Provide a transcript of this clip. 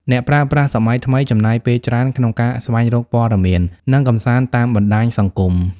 អ្នកប្រើប្រាស់សម័យថ្មីចំណាយពេលច្រើនក្នុងការស្វែងរកព័ត៌មាន និងកម្សាន្តតាមបណ្ដាញសង្គម។